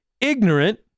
Ignorant